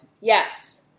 Yes